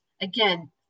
Again